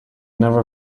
never